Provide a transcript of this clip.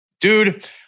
Dude